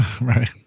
Right